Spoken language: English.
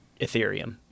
ethereum